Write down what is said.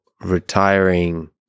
retiring